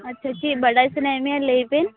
ᱟᱪᱪᱷᱟ ᱪᱮᱫ ᱵᱟᱲᱟᱭ ᱥᱟᱱᱟᱭᱮᱫ ᱢᱮᱭᱟ ᱞᱟ ᱭᱢᱮ